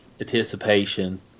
anticipation